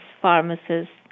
pharmacists